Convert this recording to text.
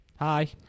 Hi